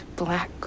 black